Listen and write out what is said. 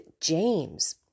James